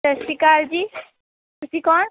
ਸਤਿ ਸ਼੍ਰੀ ਆਕਾਲ ਜੀ ਤੁਸੀਂ ਕੌਣ